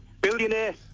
Billionaire